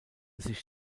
sich